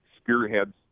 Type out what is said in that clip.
spearheads